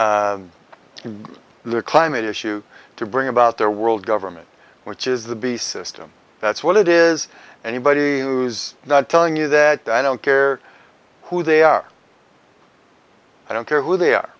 in the climate issue to bring about their world government which is the beast system that's what it is anybody who's telling you that i don't care who they are i don't care who they are